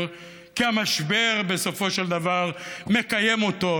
כי המשבר בסופו של דבר מקיים אותו.